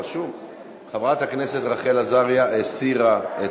חברת הכנסת רחל עזריה הסירה את